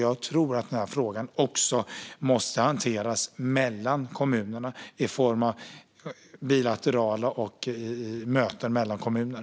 Jag tror nämligen att den också måste hanteras genom bilaterala möten mellan kommuner.